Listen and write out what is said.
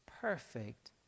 perfect